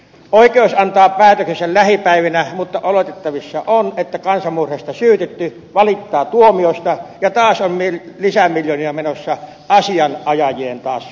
oikeus antaa päätöksensä lähipäivinä mutta oletettavissa on että kansanmurhasta syytetty valittaa tuomiosta ja taas on lisämiljoonia menossa asianajajien taskuun